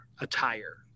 attire